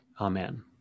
Amen